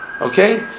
okay